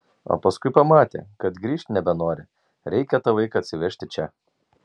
o paskui pamatė kad grįžt nebenori reikia tą vaiką atsivežti čia